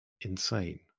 insane